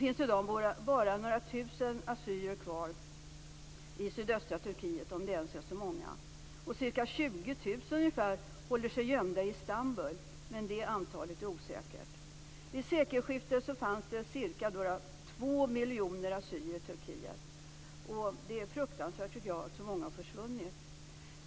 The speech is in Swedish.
I dag bor bara några tusen assyrier kvar i sydöstra Turkiet, om det ens är så många. Ca 20 000 håller sig gömda i Istanbul, men detta antal är osäkert. Vid sekelskiftet fanns det alltså ca 2 miljoner assyrier i Turkiet, och det är fruktansvärt att så många har försvunnit.